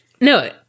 No